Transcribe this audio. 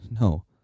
no